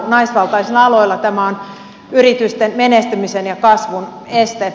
naisvaltaisilla aloilla tämä on yritysten menestymisen ja kasvun este